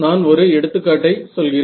நான் ஒரு எடுத்துக்காட்டை சொல்கிறேன்